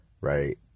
right